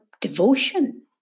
devotion